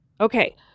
Okay